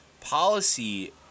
policy